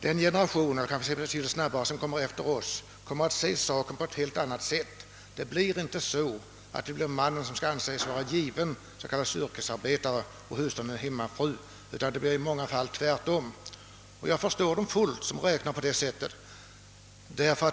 Den generation som följer efter oss kommer att se saken på ett helt annat sätt. Det kommer inte att anses givet att mannen skall vara yrkesarbetare och hustrun hemmafru, utan det blir i många fall tvärtom. Jag förstår till fullo dem som räknar på det sättet.